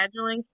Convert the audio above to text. scheduling